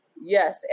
yes